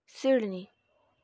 Sydney